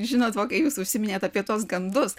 žinot va kai jūs užsiminėt apie tuos gandus